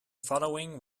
following